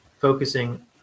focusing